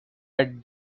pet